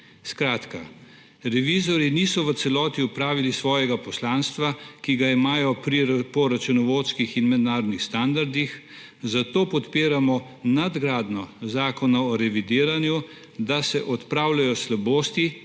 Skratka, revizorji niso v celoti opravili svojega poslanstva, ki ga imajo po računovodskih in mednarodnih standardih, zato podpiramo nadgradnjo Zakona o revidiranju, da se odpravljajo slabosti